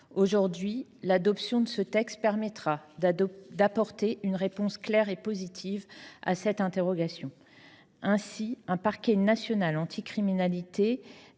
Aujourd'hui, l'adoption de ce texte permettra d'apporter une réponse claire et positive à cette interrogation. Ainsi, un parquet national anti-criminalité